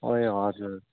ए हजुर